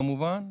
כמובן.